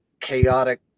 chaotic